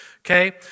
okay